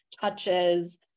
touches